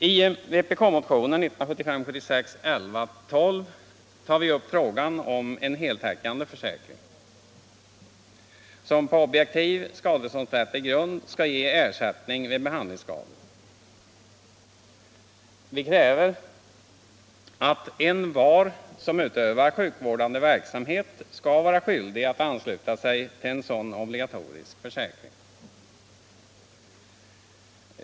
I vpkmotionen 1975/76:1112 tar vi upp frågan om en heltäckande försäkring som på objektiv skadeståndsrättslig grund skall ge ersättning vid behandlingsskador. Vi kräver att envar som utövar sjukvårdande verksamhet skall vara skyldig att ansluta sig till en sådan obligatorisk sjukförsäkring.